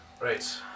Right